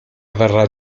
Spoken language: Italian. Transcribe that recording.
verrà